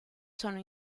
sono